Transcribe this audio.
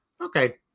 okay